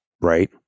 right